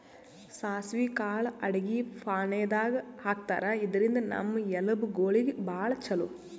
ಸಾಸ್ವಿ ಕಾಳ್ ಅಡಗಿ ಫಾಣೆದಾಗ್ ಹಾಕ್ತಾರ್, ಇದ್ರಿಂದ್ ನಮ್ ಎಲಬ್ ಗೋಳಿಗ್ ಭಾಳ್ ಛಲೋ